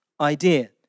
idea